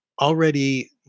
already